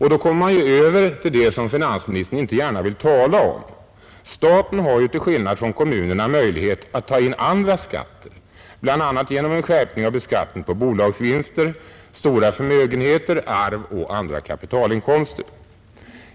Här kommer man alltså över till det som finansministern inte gärna vill tala om. Staten har ju, till skillnad från kommunerna, möjligheter att ta in andra skatter, bl.a. genom en skärpning av beskattningen på bolagsvinster, stora förmögenheter, arv och andra kapitalinkomster.